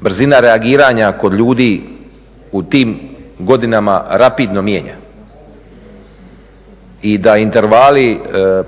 brzina reagiranja kod ljudi u tim godinama rapidno mijenja. I da intervali